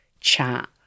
chat